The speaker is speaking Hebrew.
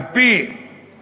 על-פי